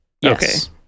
Yes